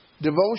devotion